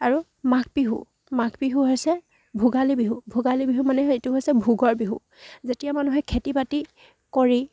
আৰু মাঘ বিহু মাঘ বিহু হৈছে ভোগালী বিহু ভোগালী বিহু মানে সেইটো হৈছে ভোগৰ বিহু যেতিয়া মানুহে খেতি বাতি কৰি